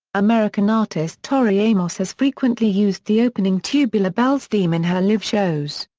american artist tori amos has frequently used the opening tubular bells theme in her live shows.